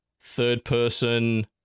third-person